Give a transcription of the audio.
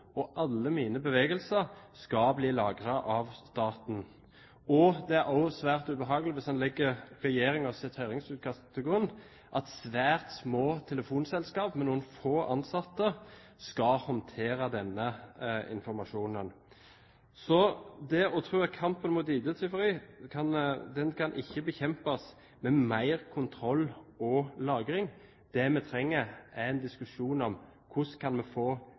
og alle mine bevegelser skal bli lagret av staten. Det er også svært ubehagelig – hvis en legger regjeringens høringsutkast til grunn – at svært små telefonselskap med noen få ansatte skal håndtere denne informasjonen. Så kampen mot ID-tyveri kan ikke bekjempes med mer kontroll og lagring. Det vi trenger, er en diskusjon om hvordan vi kan få bedre sletterutiner sånn at de sporene vi